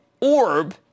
orb